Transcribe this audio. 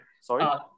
Sorry